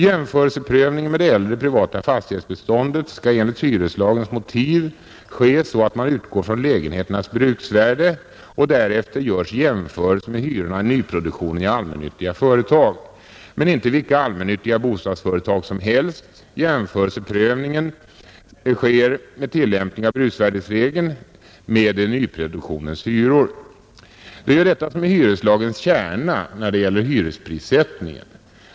Jämförelseprövningen med det äldre privata fastighetsbeståndet skall enligt hyreslagens motiv ske så att man utgår från lägenheternas bruksvärde och därefter gör jämförelser med hyrorna i nyproduktionen i allmännyttiga företag, men inte vilka allmännyttiga bostadsföretag som helst. Jämförelseprövningen sker med tillämpning av bruksvärderegeln med nyproduktionens hyror. Det är detta som är hyreslagens kärna när det gäller hyresprissättning.